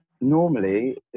normally